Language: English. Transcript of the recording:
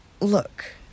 Look